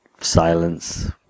silence